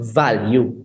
value